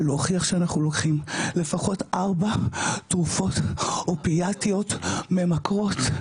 להוכיח שאנחנו לוקחים לפחות ארבע תרופות אופיאטיות ממכרות,